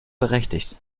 berechtigt